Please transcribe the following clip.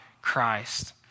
Christ